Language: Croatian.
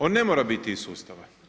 On ne mora biti iz sustava.